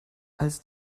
als